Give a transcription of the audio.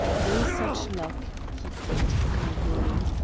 no such luck, he corrected grimly.